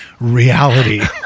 reality